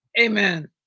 Amen